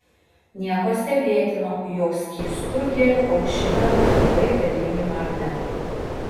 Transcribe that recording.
nieko stebėtino jog skystu heliu aušinami labai galingi magnetai